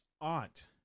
aunt